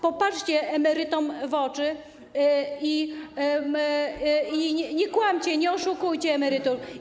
Popatrzcie emerytom w oczy i nie kłamcie, nie oszukujcie emerytów.